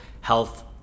health